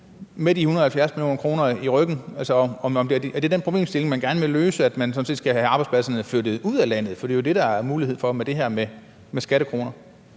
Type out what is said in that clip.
med de 170 mio. kr. i ryggen? Er det den problemstilling, man gerne vil løse, altså at man sådan set skal have arbejdspladserne flyttet ud af landet, for det jo det, der er mulighed for med det her med skattekroner?